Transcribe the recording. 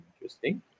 Interesting